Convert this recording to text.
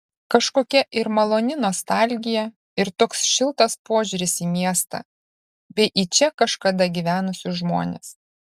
kažkokia ir maloni nostalgija ir toks šiltas požiūris į miestą bei į čia kažkada gyvenusius žmones